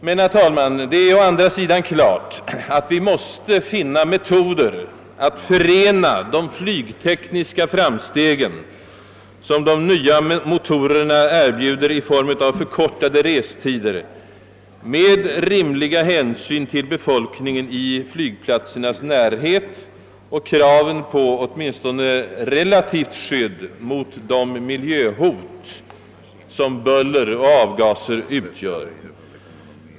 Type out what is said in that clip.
Men, herr talman, det är å andra sidan klart att vi måste finna metoder att förena de flygtekniska framsteg, som de nya motorerna erbjuder i form av förkortade restider, med rimliga hänsyn till befolkningen i flygplatsernas närhet och med kraven på åtminstone «relativt = tillfredsställande skydd mot de miljöhot, som buller och avgaser utgör.